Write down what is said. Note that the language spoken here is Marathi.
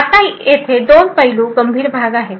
आता येथे दोन पैलू गंभीर भाग आहेत